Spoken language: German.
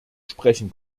sprechen